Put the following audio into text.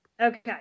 Okay